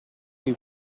you